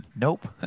Nope